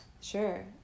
Sure